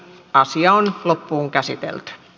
asia on loppuunkäsitelty